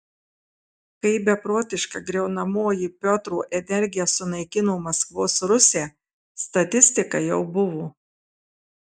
kai beprotiška griaunamoji piotro energija sunaikino maskvos rusią statistika jau buvo